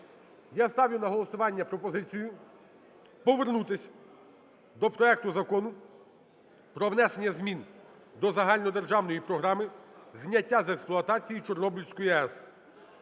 Я ставлю на голосування пропозицію повернутись до проекту Закону про внесення змін до Загальнодержавної програми зняття з експлуатації Чорнобильської АЕС.